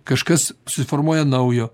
kažkas susiformuoja naujo